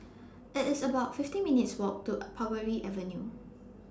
IT IS about fifty minutes' Walk to Parbury Avenue